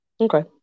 Okay